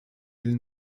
или